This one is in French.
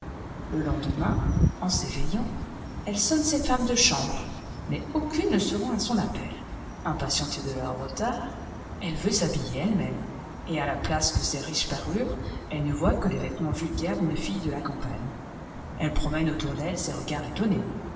le lendemain en s'éveillant elle sonne ses femmes de chambre mais aucune ne se rend à son appel impatientée de leur retard elle veut s'ha b em et à la place de ses riches parures elle ne voit que les vêtements vulgaires d'une fille de la campagne elle promène autour d'elle ses regards étonnés